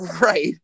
right